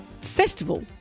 festival